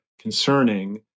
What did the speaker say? concerning